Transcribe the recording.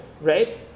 right